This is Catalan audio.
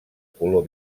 color